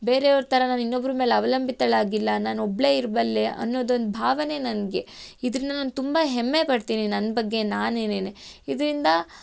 ಬೇರೆಯವ್ರ ಥರ ನಾನು ಇನ್ನೊಬ್ರ ಮೇಲೆ ಅವಲಂಬಿತಳಾಗಿಲ್ಲ ನಾನೊಬ್ಬಳೇ ಇರಬಲ್ಲೆ ಅನ್ನೋದೊಂದು ಭಾವನೆ ನನಗೆ ಇದರಿಂದ ನಾನು ತುಂಬ ಹೆಮ್ಮೆ ಪಡ್ತೀನಿ ನನ್ನ ಬಗ್ಗೆ ನಾನೇನೆ ಇದರಿಂದ